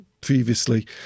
previously